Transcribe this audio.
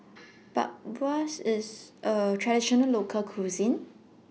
Bratwurst IS A Traditional Local Cuisine